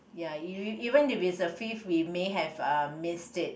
ya even even if it's a fifth we may have uh missed it